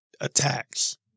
attacks